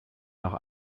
nach